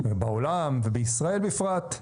בעולם, ובישראל בפרט.